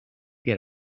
get